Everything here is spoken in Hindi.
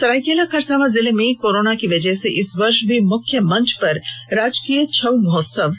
सरायकेला खरसावां जिले में कोरोना की वजह से इस वर्ष भी मुख्य मंच पर राजकीय छऊ महोत्सव नहीं होगा